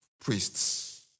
priests